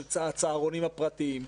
של הצהרונים הפרטיים.